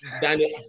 Daniel